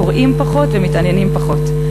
קוראים פחות ומתעניינים פחות,